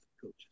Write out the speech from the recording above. coaches